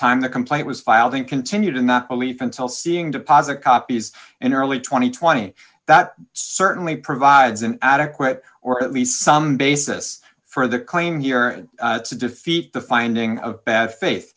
time the complaint was filed and continue to not believe until seeing deposit copies in early two thousand and twenty that certainly provides an adequate or at least some basis for the claim here to defeat the finding of bad faith